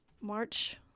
March